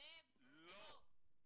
לא.